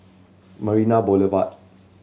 Marina Boulevard